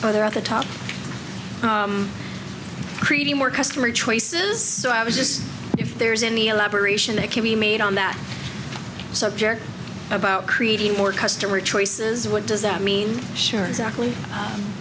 are there at the top creating more customer choices so i was just if there's any elaboration that can be made on that subject about creating more customer choices what does that mean sure exactly